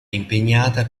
impegnata